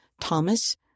Thomas